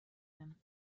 him